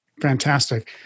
fantastic